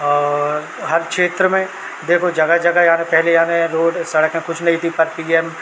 और हर क्षेत्र में देखो जगह जगह यानी पहले यानी रोड का सड़क कुछ नहीं थी पर पी एम